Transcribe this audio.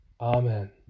Amen